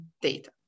data